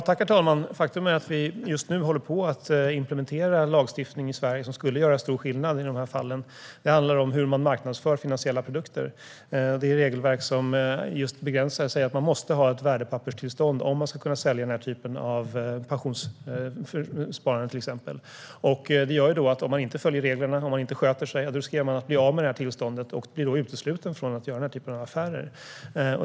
Herr talman! Faktum är att vi just nu håller på att implementera en lagstiftning i Sverige som skulle göra stor skillnad i dessa fall. Det handlar om hur man marknadsför finansiella produkter. Det är ett regelverk som begränsar och säger att man måste ha ett värdepapperstillstånd om man ska kunna sälja till exempel pensionssparande. Om man inte följer reglerna riskerar man att bli av med tillståndet och bli utesluten från att göra denna typ av affärer.